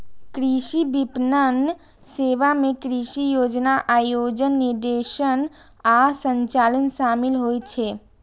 कृषि विपणन सेवा मे कृषि योजना, आयोजन, निर्देशन आ संचालन शामिल होइ छै